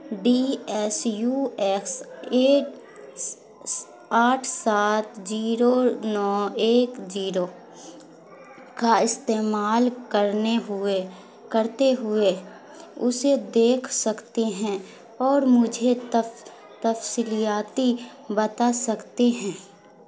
D S U S A آٹھ سات zero نو ایک زیرو کا استعمال کرنے ہوئے کرتے ہوئے اسے دیکھ سکتے ہیں اور مجھے تفصیلیاتی بتا سکتے ہیں